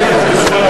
להצביע.